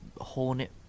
hornet